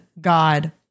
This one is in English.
God